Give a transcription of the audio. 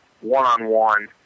one-on-one